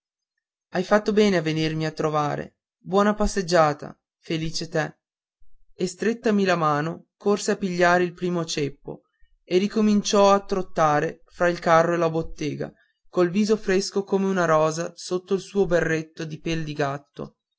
hai fatto bene a venirmi a trovare buona passeggiata felice te e strettami la mano corse a pigliar il primo ceppo e ricominciò a trottare fra il carro e la bottega col viso fresco come una rosa sotto al suo berretto di pel di gatto